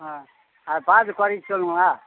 ஆ அது பார்த்து குறைச்சி சொல்லுங்களேன்